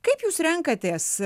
kaip jūs renkatės